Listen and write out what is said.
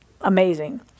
amazing